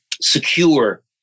secure